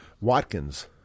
Watkins